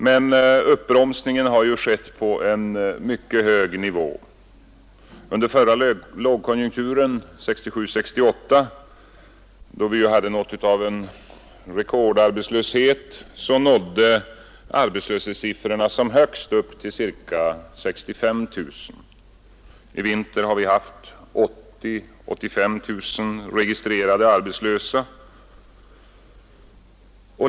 Men uppbromsningen har skett på en mycket hög nivå. Under förra lågkonjunkturen — 1967/68 — då vi ju hade något av en rekordarbetslöshet, nådde arbetslöshetssiffrorna som högst upp till ca 65 000. I vinter har vi haft 80 000-85 000 registrerade arbetslösa.